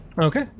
Okay